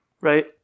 right